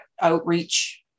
outreach